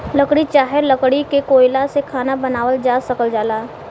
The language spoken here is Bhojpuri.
लकड़ी चाहे लकड़ी के कोयला से खाना बनावल जा सकल जाला